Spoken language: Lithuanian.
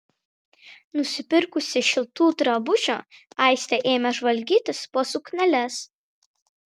nusipirkusi šiltų drabužių aistė ėmė žvalgytis po sukneles